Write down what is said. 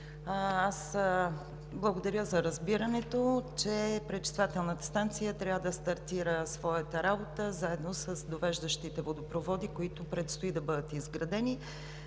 аз благодаря за разбирането, че пречиствателната станция трябва да стартира своята работа заедно с довеждащите водопроводи, които предстои да бъдат изградени.